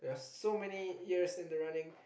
so many years in the running